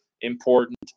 important